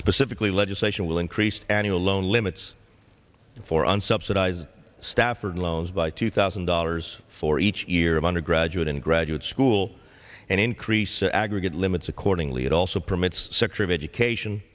specifically legislation will increase annual loan limits for unsubsidized stafford loans by two thousand dollars for each year of undergraduate and graduate school and increase aggregate limits accordingly it also permits